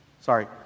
Sorry